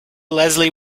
leslie